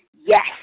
yes